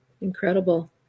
incredible